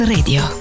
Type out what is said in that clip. Radio